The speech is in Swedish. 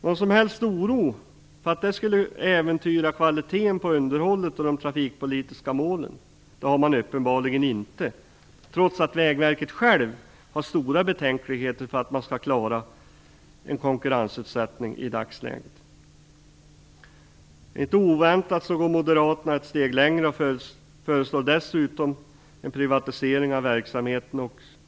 Någon som helst oro för att det skulle äventyra kvaliteten på underhållet och de trafikpolitiska målen har man uppenbarligen inte, trots att man inom Vägverket har stora betänkligheter för hur man skall klara en konkurrensutsättning i dagsläget. Inte oväntat går Moderaterna ett steg längre och föreslår dessutom en privatisering av verksamheten.